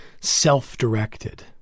self-directed